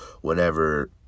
whenever